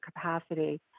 capacity